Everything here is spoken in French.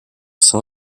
sein